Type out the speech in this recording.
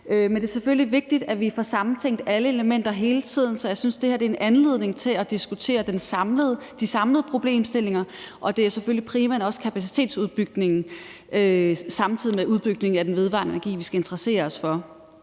Men det er selvfølgelig også vigtigt, at vi hele tiden får samtænkt alle elementer, så jeg synes også, at det her er en anledning til at diskutere de samlede problemstillinger, og det er selvfølgelig primært kapacitetsopbygningen, som vi sammen med udbygningen af den vedvarende energi skal interessere os for.